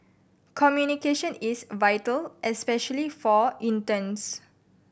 communication is vital especially for interns